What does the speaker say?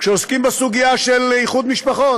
כשעוסקים בסוגיה של איחוד משפחות,